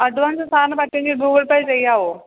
advance സാറിന് പറ്റുമെങ്കിൽ Google pay ചെയ്യാമോ